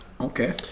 Okay